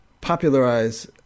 popularize